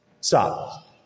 Stop